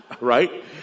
right